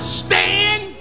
stand